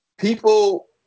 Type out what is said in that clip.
People